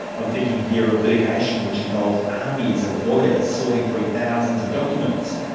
i'm thinking here of litigation which involves armies of lawyers sorting through thousands of documents.